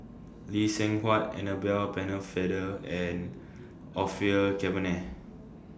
Lee Seng Huat Annabel Pennefather and Orfeur Cavenagh